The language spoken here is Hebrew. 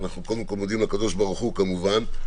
קודם כל לקב"ה כמובן,